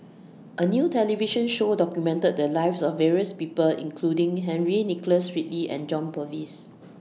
A New television Show documented The Lives of various People including Henry Nicholas Ridley and John Purvis